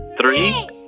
Three